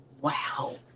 wow